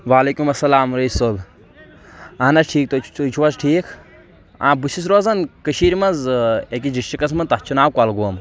وَعلیکُم اَسَلام رٔیٖس صٲب اہن حَظ ٹھیٖک تُہۍ چھو حَظ ٹھیٖک آ بہٕ چھُس روزن کٔشیٖر منٛز أکِس ڈِسٹرکَس منٛز تَتھ چھُ ناو کۄلگوم